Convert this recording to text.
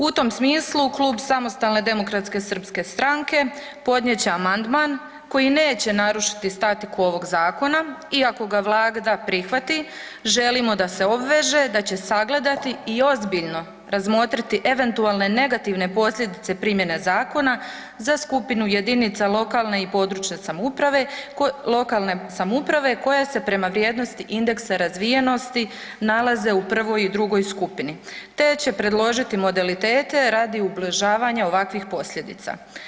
U tom smislu Klub Samostalne demokratske srpske stranke podnijet će amandman koji neće narušiti statiku ovog zakona i ako ga Vlada da prihvati želimo da se obveže da će sagledati i ozbiljno razmotriti eventualne negativne posljedice primjene zakona za skupinu jedinica lokalne i područne samouprave, lokalne samouprave koja se prema vrijednosti indeksa razvijenosti nalaze u prvoj i drugoj skupni te će predložiti modalitete radi ublažavanja ovakvih posljedica.